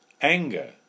anger